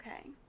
Okay